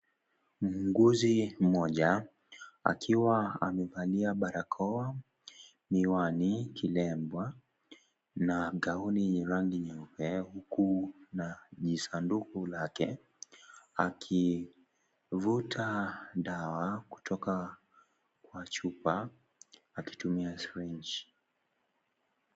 Muuguzi mmoja akiwa maevalia barakoa, miwani, kilemba na gauni ya rangi nyeupe huku na jisaduku lake akivuta dawa kutoka machupa akitumia (cs)sirinji.(Cs)